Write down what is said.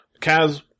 Kaz